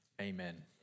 Amen